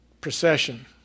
procession